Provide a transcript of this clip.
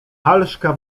halszka